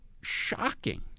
shocking